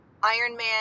Ironman